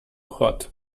hot